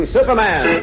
Superman